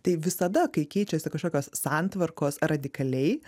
tai visada kai keičiasi kažkokios santvarkos radikaliai